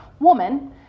woman